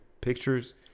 pictures